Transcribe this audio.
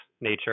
nature